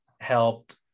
helped